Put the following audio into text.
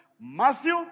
Matthew